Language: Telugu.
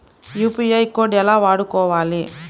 యూ.పీ.ఐ కోడ్ ఎలా వాడుకోవాలి?